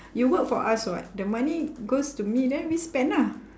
you work for us [what] the money goes to me then we spend ah